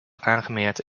aangemeerd